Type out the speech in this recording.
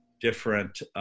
different